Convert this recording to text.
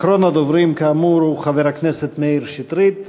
אחרון הדוברים הוא כאמור חבר הכנסת מאיר שטרית.